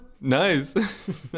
Nice